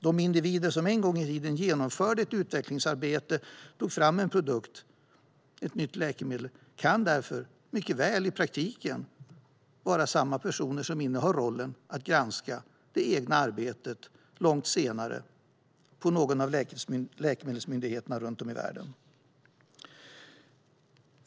De individer som en gång i tiden genomförde ett utvecklingsarbete och tog fram en produkt i form av ett nytt läkemedel kan därför mycket väl i praktiken vara samma personer som de som innehar rollen som granskare av det egna arbetet långt senare på någon av läkemedelsmyndigheterna runt om i världen.